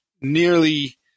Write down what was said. nearly